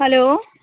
hello